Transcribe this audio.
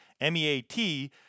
M-E-A-T